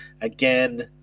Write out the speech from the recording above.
again